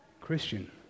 Christian